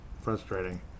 frustrating